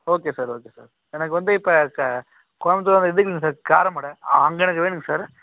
okay sir okay sir எனக்கு வந்து இப்போ க கோயம்புத்தூர் அந்த இது இல்லைங்க சார் காரமடை அ அங்கே எனக்கு வேணுங்க சார்